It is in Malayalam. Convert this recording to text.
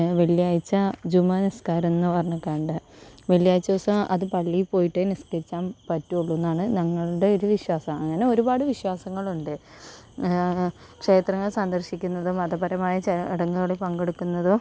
വെള്ളിയാഴ്ച്ച ജുമാ നിസ്ക്കാരം എന്ന് പറഞ്ഞിട്ടുണ്ട് വെള്ളിയാഴ്ച് ദിവസം അത് പള്ളി പോയിട്ട് നിസ്കരിക്കാൻ പറ്റുവൊള്ളൂന്നാണ് ഞങ്ങളുടെ ഒരു വിശ്വാസം അങ്ങനെ ഒരുപാട് വിശ്വാസങ്ങളുണ്ട് ക്ഷേത്രങ്ങൾ സന്ദർശിക്കുന്നതും മതപരമായ ചടങ്ങുകളിൽ പങ്കെടുക്കുന്നതോ